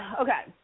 okay